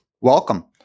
welcome